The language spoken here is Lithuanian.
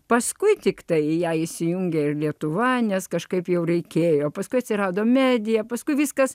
paskui tiktai ją įsijungia ir lietuva nes kažkaip jau reikėjo paskui atsirado medija paskui viskas